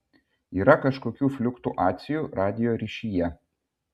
yra kažkokių fliuktuacijų radijo ryšyje